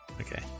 Okay